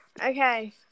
Okay